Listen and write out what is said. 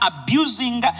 abusing